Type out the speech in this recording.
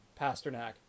Pasternak